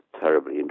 Terribly